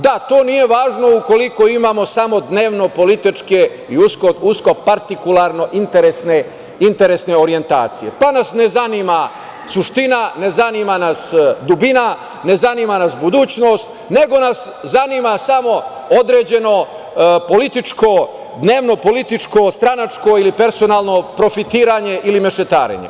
Da, to nije važno ukoliko imamo samo dnevnopolitičke i uskopartikularno interesne orjentacije, pa nas ne zanima suština, ne zanima nas dubina, ne zanima nas budućnost, nego nas zanima samo određeno političko, dnevnopolitičko, stranačko ili personalno profitiranje ili mešetarenje.